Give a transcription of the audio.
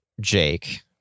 Jake